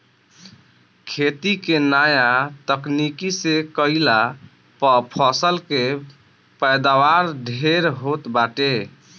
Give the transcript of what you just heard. खेती के नया तकनीकी से कईला पअ फसल के पैदावार ढेर होत बाटे